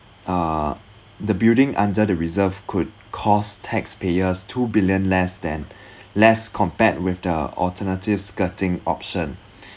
uh the building under the reserve could cost taxpayers two billion less than less compared with the alternative skirting option